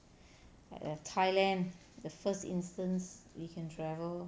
err thailand the first instance we can travel